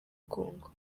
kongo